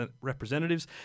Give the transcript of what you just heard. representatives